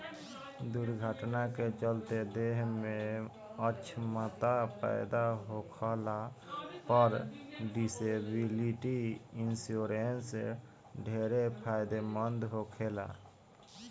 दुर्घटना के चलते देह में अछमता पैदा होखला पर डिसेबिलिटी इंश्योरेंस ढेरे फायदेमंद होखेला